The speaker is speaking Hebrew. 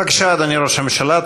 בבקשה, אדוני ראש הממשלה.